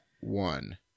one